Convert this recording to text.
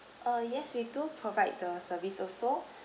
uh yes we do provide the service also